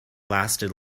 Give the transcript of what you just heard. lasted